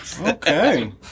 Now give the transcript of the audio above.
Okay